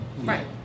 right